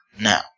Now